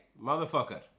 motherfucker